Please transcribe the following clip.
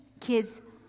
kids